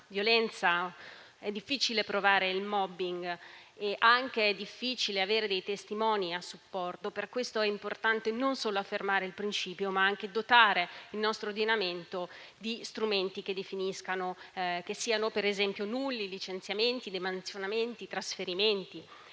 violenza o il *mobbing.* È altresì difficile avere dei testimoni a supporto. Per questo è importante non solo affermare il principio, ma anche dotare il nostro ordinamento di strumenti che definiscano la situazione, che siano per esempio nulli licenziamenti, demansionamenti e trasferimenti.